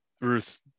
Ruth